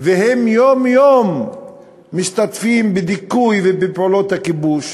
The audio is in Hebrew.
והם יום-יום משתתפים בדיכוי ובפעולות הכיבוש.